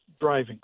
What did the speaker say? driving